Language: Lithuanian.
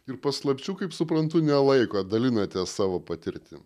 ir paslapčių kaip suprantu nelaikot dalinatės savo patirtim